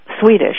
Swedish